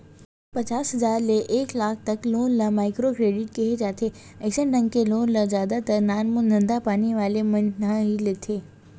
पचास हजार ले एक लाख तक लोन ल माइक्रो क्रेडिट केहे जाथे अइसन ढंग के लोन ल जादा तर नानमून धंधापानी वाले मन ह ही लेथे